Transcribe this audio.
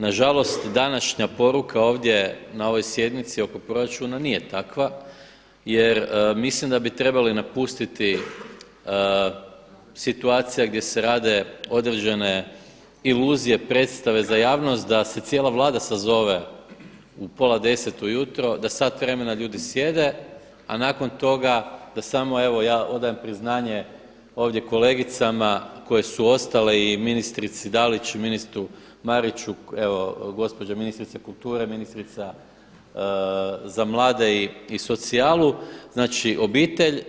Nažalost današnja poruka ovdje na ovoj sjednici oko proračuna nije takva jer mislim da bi trebali napustiti situacije gdje se rade određene iluzije predstave za javnost da se cijela Vlada sazove u pola 10 ujutro, da sat vremena ljudi sjede a nakon toga da samo evo ja odajem priznanje ovdje kolegicama koje su ostale i ministrici Dalić i ministru Mariću, evo gospođa ministrica kulture, ministrica za mlade i socijalu, obitelj.